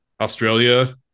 Australia